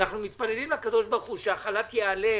אנו מתפללים לקב"ה שהחל"ת ייעלם,